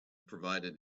provided